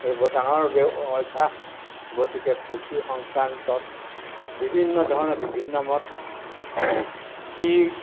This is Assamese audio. এইটো বৰ ডাঙৰ অভ্যাস গতিকে পুথি সংক্ৰান্তত বিভিন্ন ধৰণৰ বিভিন্ন মত যি